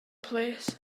plîs